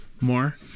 more